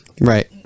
Right